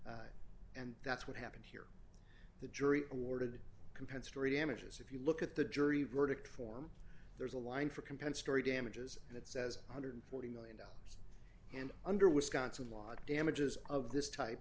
says and that's what happened here the jury awarded compensatory damages if you look at the jury verdict form there's a line for compensatory damages and it says one hundred and forty million dollars and under wisconsin law damages of this type